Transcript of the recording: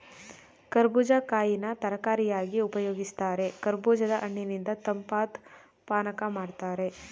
ಕರ್ಬೂಜ ಕಾಯಿನ ತರಕಾರಿಯಾಗಿ ಉಪಯೋಗಿಸ್ತಾರೆ ಕರ್ಬೂಜದ ಹಣ್ಣಿನಿಂದ ತಂಪಾದ್ ಪಾನಕ ಮಾಡ್ತಾರೆ